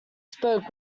spoke